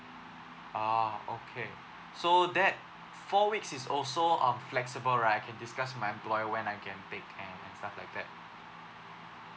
ah okay so that four weeks is also um flexible right I can discuss with my employer when I can take and stuff like that